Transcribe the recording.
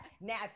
Now